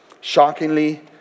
Shockingly